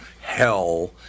hell